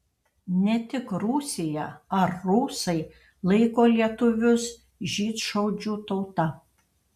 ne tik rusija ar rusai laiko lietuvius žydšaudžių tauta